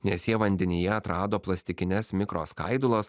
nes jie vandenyje atrado plastikines mikroskaidulas